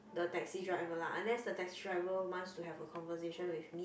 the taxi driver lah unless the taxi driver wants to have a conversation with me